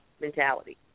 mentality